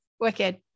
Wicked